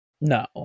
No